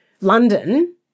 London